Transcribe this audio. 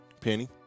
Penny